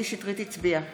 הצביעה בעד.